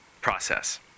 process